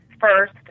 first